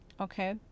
Okay